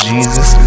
Jesus